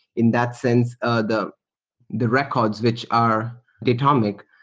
in that sense, ah the the records which are datomic,